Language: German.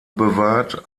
bewahrt